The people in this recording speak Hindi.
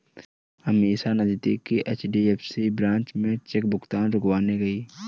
अमीषा नजदीकी एच.डी.एफ.सी ब्रांच में चेक भुगतान रुकवाने गई